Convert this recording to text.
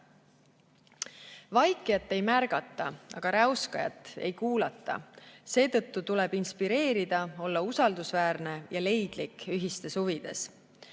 Vaikijat ei märgata, aga räuskajat ei kuulata. Seetõttu tuleb inspireerida, olla usaldusväärne ja leidlik ühiste huvide